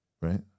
right